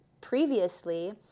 previously